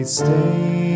Stay